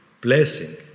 blessing